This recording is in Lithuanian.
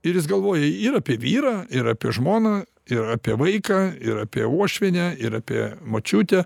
ir jis galvoja ir apie vyrą ir apie žmoną ir apie vaiką ir apie uošvienę ir apie močiutę